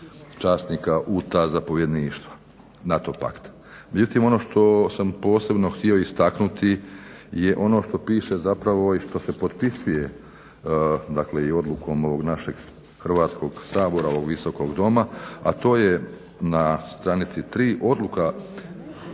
časnika u ta zapovjedništva NATO pakta. Međutim, ono što sam posebno htio istaknuti je ono što piše zapravo i što se potpisuje dakle i odlukom ovog našeg Hrvatskog sabora, ovog Visokog doma a to je na stranici 3 odluka